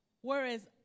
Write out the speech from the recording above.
whereas